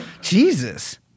Jesus